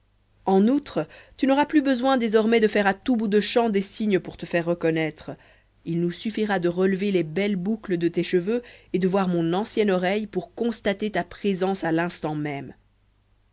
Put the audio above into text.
en outre tu n'auras plus besoin désormais de faire à tout bout de champ des signes pour te faire reconnaîtra il nous suffira de relever les belles boucles de tes cheveux et de voir mon ancienne oreille pour constater ta présence à l'instant même